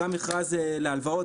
גם מכרז להלוואות,